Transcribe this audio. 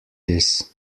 this